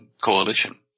coalition